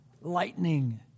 Lightning